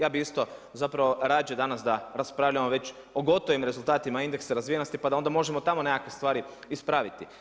Ja bi isto zapravo radije danas da raspravljamo već o gotovim rezultatima indeksa razvijenosti pa da onda možemo tamo nekakve stvari ispraviti.